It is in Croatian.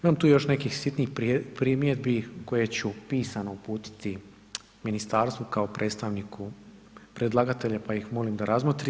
Imam tu još nekih sitnih primjedbi koje ću pisano uputiti ministarstvu kao predstavniku predlagatelja, pa ih molim da razmotri.